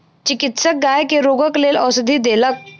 चिकित्सक गाय के रोगक लेल औषधि देलक